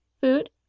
food